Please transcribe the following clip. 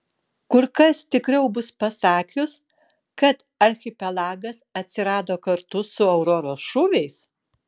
kur kas tikriau bus pasakius kad archipelagas atsirado kartu su auroros šūviais